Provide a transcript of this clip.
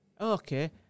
Okay